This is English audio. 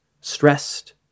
stressed